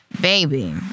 baby